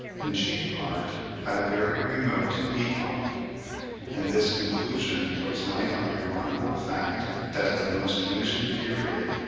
in chief part at a very remote epoch and this conclusion throws light on the remarkable fact that at the most ancient period,